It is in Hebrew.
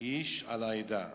איש על העדה